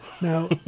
Now